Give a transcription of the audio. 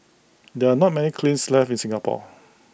there are not many kilns left in Singapore